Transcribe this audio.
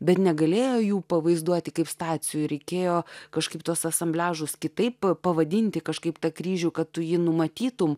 bet negalėjo jų pavaizduoti kaip stacijų reikėjo kažkaip tos asambliažas kitaip pavadinti kažkaip tą kryžių kad tu jį numatytumei